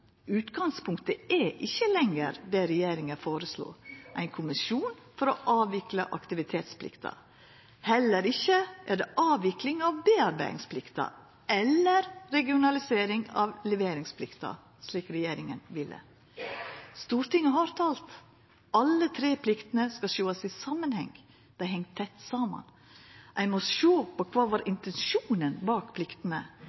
Utgangspunktet er ikkje lenger det regjeringa føreslo, ein kommisjon for å avvikla aktivitetsplikta. Heller ikkje er det avvikling av bearbeidingsplikta eller regionalisering av leveringsplikta, slik regjeringa ville. Stortinget har talt: Alle tre pliktene skal sjåast i samanheng – dei heng tett saman. Ein må sjå på kva som var